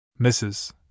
Mrs